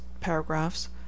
paragraphs